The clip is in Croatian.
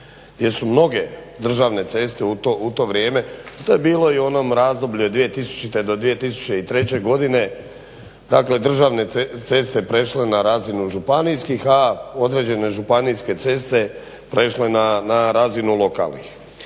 gdje su mnoge državne ceste u to vrijeme, to je bilo i u onom razdoblju 2000.-2003. godine, dakle državne ceste prešle na razinu županijskih, a određene županijske ceste prešle na razinu lokalnih.